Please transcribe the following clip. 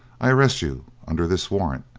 i arrest you under this warrant,